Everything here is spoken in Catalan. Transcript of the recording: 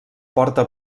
porta